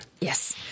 Yes